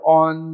on